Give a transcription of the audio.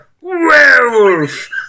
werewolf